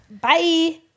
Bye